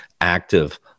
active